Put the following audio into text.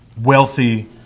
wealthy